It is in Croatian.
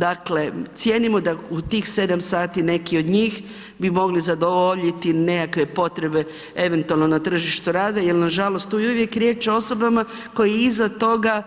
Dakle cijenimo da u tih 7 sati neki od njih bi mogli zadovoljiti nekakve potrebe eventualno na tržištu rada, jer nažalost tu je uvijek riječ o osobama koje iza toga